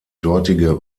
dortige